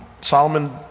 Solomon